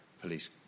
police